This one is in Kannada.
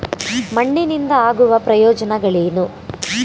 ಮಣ್ಣಿನಿಂದ ಆಗುವ ಪ್ರಯೋಜನಗಳೇನು?